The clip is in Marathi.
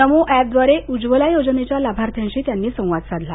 नमो एपद्वारे उज्ज्वला योजनेच्या लाभार्थ्यांशी त्यांनी संवाद साधला